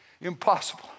impossible